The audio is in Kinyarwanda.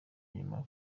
inyuma